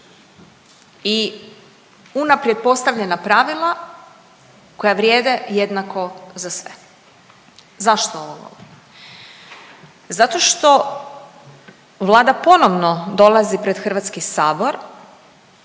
i unaprijed postavljena pravila koja vrijede jednako za sve. Zašto ovo? Zato što Vlada ponovno dolazi pred HS s